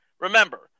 Remember